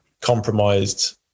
compromised